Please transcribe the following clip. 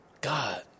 God